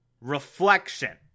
reflection